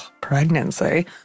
pregnancy